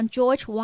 George